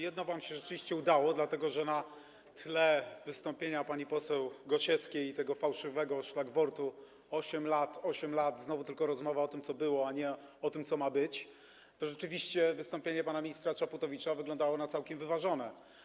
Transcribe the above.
Jedno rzeczywiście wam się udało, dlatego że na tle wystąpienia pani poseł Gosiewskiej i tego fałszywego szlagwortu: 8 lat, 8 lat - znowu tylko rozmowa o tym, co było, a nie o tym, co ma być - rzeczywiście wystąpienie pana ministra Czaputowicza wyglądało na całkiem wyważone.